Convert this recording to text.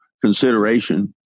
consideration